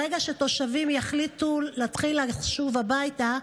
ברגע שתושבים יחליטו להתחיל לשוב הביתה,